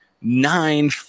nine